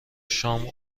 شام